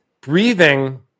Breathing